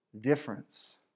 difference